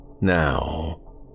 Now